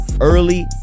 early